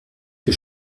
que